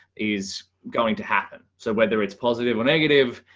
is going to happen. so whether it's positive or negative,